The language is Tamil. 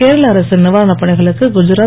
கேரள அரசின் நிவாரணப் பணிகளுக்கு குதராத்